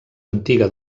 antiga